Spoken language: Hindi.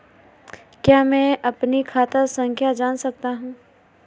क्या मैं अपनी खाता संख्या जान सकता हूँ?